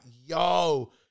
yo